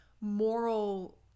moral